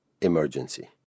emergency